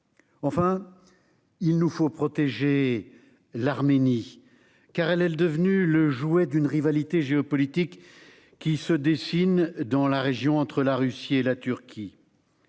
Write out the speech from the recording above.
Enfin, il nous faut protéger l'Arménie, car elle est devenue le jouet d'une rivalité géopolitique qui se dessine dans la région entre la Russie et la Turquie,